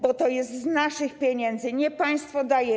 Bo to jest z naszych pieniędzy, nie państwo daje.